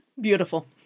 Beautiful